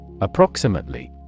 Approximately